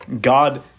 God